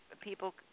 people